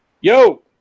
Yo